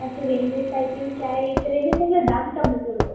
একটা Ranger cycle চাই তা রেঞ্জার সাইকেলের দাম কেমন পড়বে